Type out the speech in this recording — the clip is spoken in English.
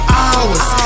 hours